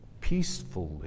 peacefully